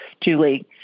Julie